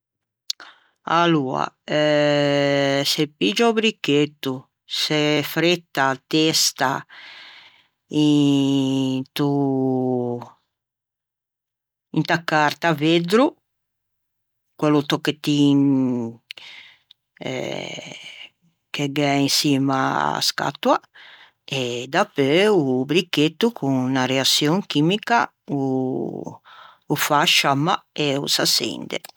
Aloa eh se piggia o bricchetto se fretta a testa into inta carta à veddro quello tocchettin che gh'é in çimma a-a scatoa e dapeu o bricchetto con unna reaçion chimica o fa a sciamma e o s'açende.